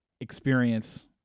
experience